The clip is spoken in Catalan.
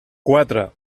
quatre